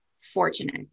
fortunate